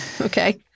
Okay